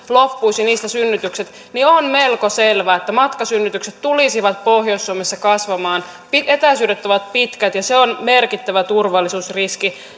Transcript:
loppuisivat synnytykset niin on melko selvää että matkasynnytykset tulisivat pohjois suomessa kasvamaan etäisyydet ovat pitkät ja se on merkittävä turvallisuusriski